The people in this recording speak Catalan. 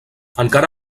encara